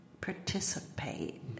participate